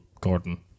Gordon